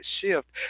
shift